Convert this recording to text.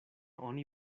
oni